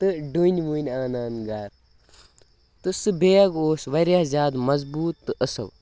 تہٕ ڈوٗنۍ ووٗنۍ آنان گَرٕ تہٕ سُہ بیگ اوس واریاہ زیادٕ مضبوٗط تہٕ اَصٕل